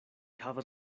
havas